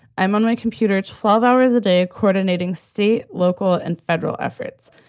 i'm on my computer twelve hours a day coordinating state, local and federal efforts.